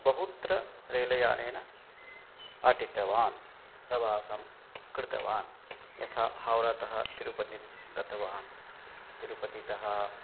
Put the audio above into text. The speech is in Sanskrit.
बहुत्र रेलयानेन अटित्वा प्रवासं कृतवान् यथा हाव्रातः तिरुपतिं गतवान् तिरुपतितः